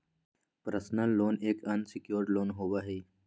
personal loan एक unsecured loan होबा हई